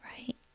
right